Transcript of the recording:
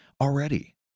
already